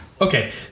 Okay